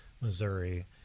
missouri